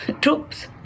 troops